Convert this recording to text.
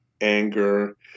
anger